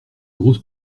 grosse